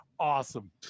awesome